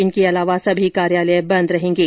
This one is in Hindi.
इनके अलावा सभी कार्यालय बन्द रहेंगे